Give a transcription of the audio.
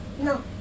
No